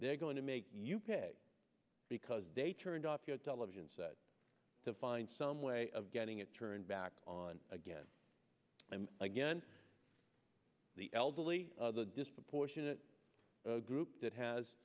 they're going to make you pay because they turned off your television set to find some way of getting it turned back on again and again the elderly the disproportionate group that has